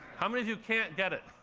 how many of you can't get it?